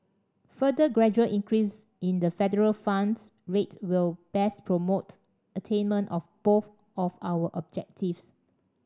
further gradual increase in the federal funds rate will best promote attainment of both of our objectives